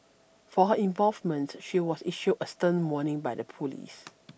for her involvement she was issued a stern warning by the police